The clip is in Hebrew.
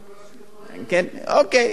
מגרש כדורגל ראינו, פֶּלֶה.